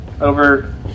over